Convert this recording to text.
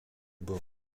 bord